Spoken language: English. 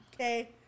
Okay